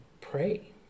pray